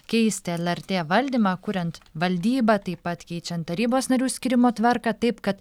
keisti lrt valdymą kuriant valdybą taip pat keičiant tarybos narių skyrimo tvarką taip kad